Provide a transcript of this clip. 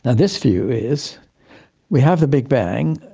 this view is we have the big bang,